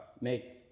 make